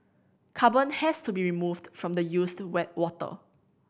carbon has to be removed from the used water